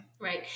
Right